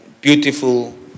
beautiful